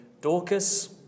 Dorcas